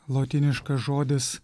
lotyniškas žodis